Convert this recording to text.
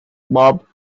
bob